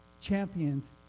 champions